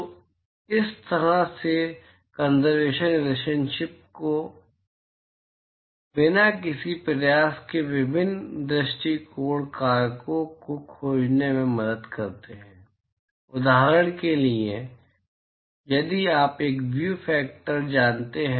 तो इस तरह के कंसरवेशन रिलेशनशिप आपको बिना किसी प्रयास के विभिन्न दृष्टिकोण कारकों को खोजने में मदद करते हैं